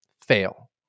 fail